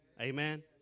Amen